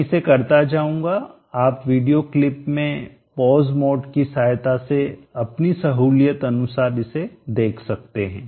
मैं इसे करता जाऊंगा आप वीडियो क्लिप में पॉज मोड की सहायता से अपनी सहूलियत अनुसार इसे देख सकते हैं